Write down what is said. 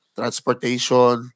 transportation